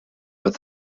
but